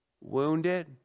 wounded